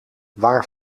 waar